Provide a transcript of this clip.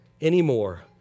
anymore